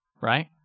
right